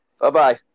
Bye-bye